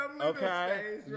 Okay